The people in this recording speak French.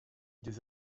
des